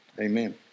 Amen